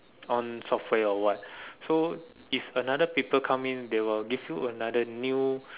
own software or what so if another people come in they will give you another new